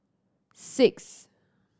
six